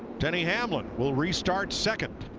denny hamlin will restart second.